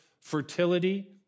fertility